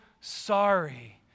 sorry